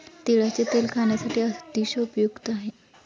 तिळाचे तेल खाण्यासाठी अतिशय उपयुक्त आहे